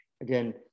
Again